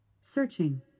searching